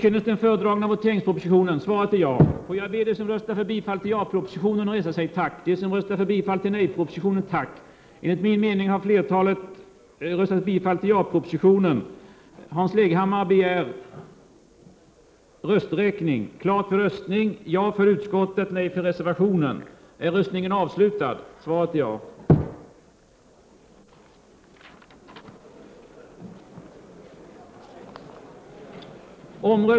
Ärade kammarledamöter!